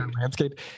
landscape